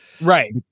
Right